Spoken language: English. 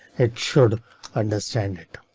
it should understand it.